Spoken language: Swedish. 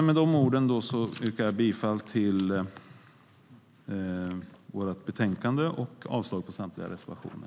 Med de orden yrkar jag bifall till förslaget i betänkandet och avslag på samtliga reservationer.